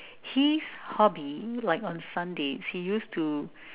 his hobby like on Sundays he used to